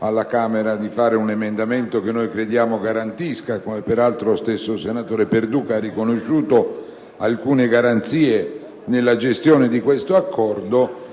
alla Camera di fare un emendamento che noi crediamo garantisca - come peraltro lo stesso senatore Perduca ha riconosciuto - alcune garanzie nella gestione di questo accordo.